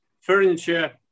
Furniture